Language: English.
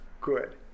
Good